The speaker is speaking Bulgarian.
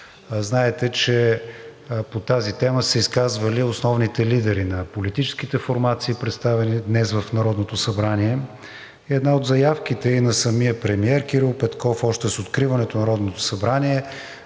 Знаете, че по тази тема са се изказвали основните лидери на политическите формации, представени днес в Народното събрание. Една от заявките и на самия премиер Кирил Петков още с откриването на Народното събрание